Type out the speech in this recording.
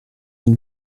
une